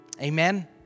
Amen